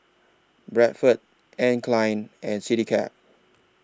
Bradford Anne Klein and Citycab